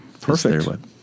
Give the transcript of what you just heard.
Perfect